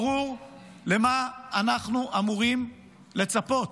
ברור למה אנחנו אמורים לצפות.